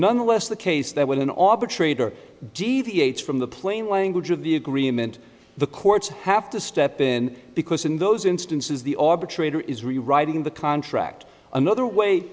nonetheless the case that when an op or trader deviates from the plain language of the agreement the courts have to step in because in those instances the arbitrator is rewriting the contract another way